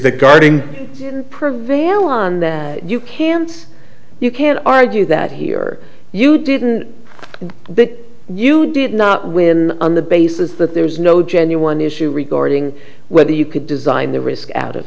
the guarding provera on that you can't you can't argue that here you didn't big you did not win on the basis that there was no genuine issue regarding whether you could design the risk out of